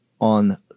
on